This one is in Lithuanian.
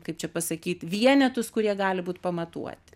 kaip čia pasakyt vienetus kurie gali būt pamatuoti